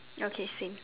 okay same